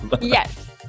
Yes